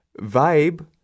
vibe